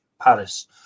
Paris